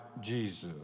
Jesus